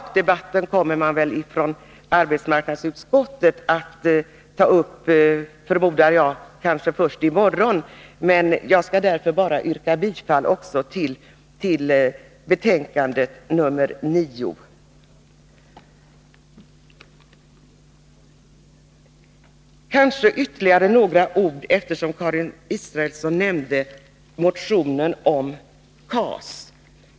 Jag förmodar att arbetsmarknadsutskottets ledamöter kommer att ta upp en sakdebatt först i morgon, men jag skall yrka bifall till hemställan i socialförsäkringsutskottets betänkande nr 9. Jag skall kanske säga ytterligare några ord, eftersom Karin Israelsson Nr 51 talade om motionen om KAS.